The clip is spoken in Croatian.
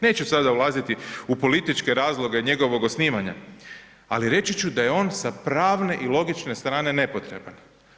Neću sada ulaziti u političke razloge njegovog osnivanja ali reći ću da je on sa pravne i logične strane nepotreban.